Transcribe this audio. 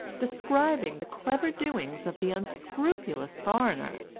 describing the clever doings of the unscrupulous foreigner,